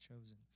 chosen